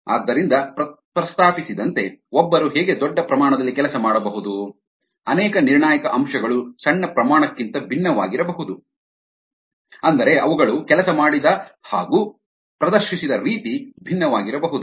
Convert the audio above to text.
ಆದ್ದರಿಂದ ಪ್ರಸ್ತಾಪಿಸಿದಂತೆ ಒಬ್ಬರು ಹೇಗೆ ದೊಡ್ಡ ಪ್ರಮಾಣದಲ್ಲಿ ಕೆಲಸ ಮಾಡಬಹುದು ಅನೇಕ ನಿರ್ಣಾಯಕ ಅಂಶಗಳು ಸಣ್ಣ ಪ್ರಮಾಣಕ್ಕಿಂತ ಭಿನ್ನವಾಗಿರಬಹುದು ಅಂದರೆ ಅವುಗಳು ಕೆಲಸ ಮಾಡಿದ ಹಾಗು ಪ್ರದರ್ಶಿಸಿದ ರೀತಿ ಭಿನ್ನವಾಗಿರಬಹುದು